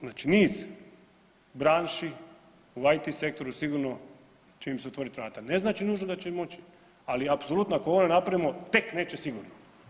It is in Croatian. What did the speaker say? Znači niz branši u IT sektoru sigurno će im se otvoriti vrata, ne znači nužno da će i moći, ali apsolutno ako ovo napravimo tek neće sigurno.